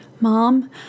Mom